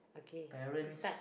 okay you start